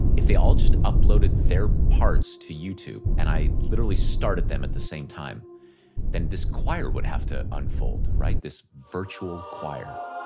if they all just uploaded their parts to youtube, and i literally started them at the same time then this choir would have to unfold, right? this virtual choir